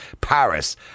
Paris